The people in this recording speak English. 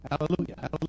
hallelujah